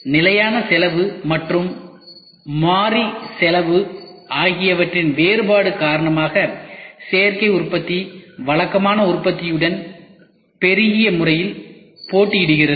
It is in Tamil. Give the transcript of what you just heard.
நிலையான செலவு மற்றும் மாறி செலவு ஆகியவற்றின் வேறுபாடு காரணமாக சேர்க்கை உற்பத்தி வழக்கமான உற்பத்தியுடன் பெருகிய முறையில் போட்டியிடுகிறது